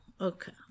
Okay